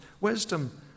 wisdom